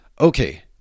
okay